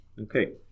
Okay